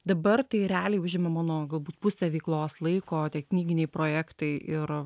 dabar tai realiai užima mano galbūt pusę veiklos laiko tie knyginiai projektai ir